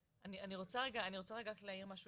אני רוצה רגע להעיר משהו